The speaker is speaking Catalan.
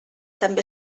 també